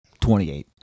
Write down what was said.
28